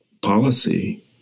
policy